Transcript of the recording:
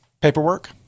paperwork